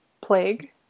plague